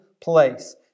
place